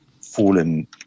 fallen